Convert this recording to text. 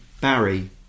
Barry